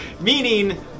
meaning